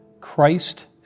Christ